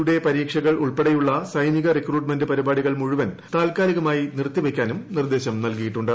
യുടെ പരീക്ഷകൾ ഉൾപ്പെടെയുള്ള സൈനിക റിക്രൂട്ട്മെന്റ് പരിപാടികൾ മുഴുവൻ താല്കാലികമായി നിർത്തിവയ്ക്കാനും ക്വിർദ്ദേശം നൽകിയിട്ടുണ്ട്